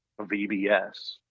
vbs